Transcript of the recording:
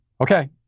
Okay